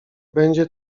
będzie